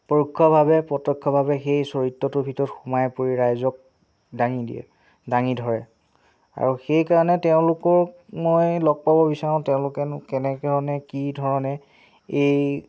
পৰোক্ষভাৱে প্ৰত্য়ক্ষভাৱে সেই চৰিত্ৰটোৰ ভিতৰত সোমাই পৰি ৰাইজক দাঙি দিয়ে দাঙি ধৰে আৰু সেইকাৰণে তেওঁলোকক মই লগ পাব বিচাৰোঁ তেওঁলোকেনো কেনেকৈ মানে কি ধৰণে এই